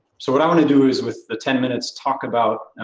so what i wanna do is, with the ten minutes talk about,